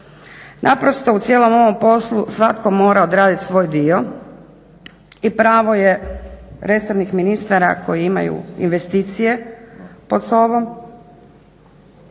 Naprosto u cijelom ovom poslu svatko mora odraditi svoj dio i pravo je resornih ministara koji imaju investicije pod sobom